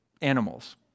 animals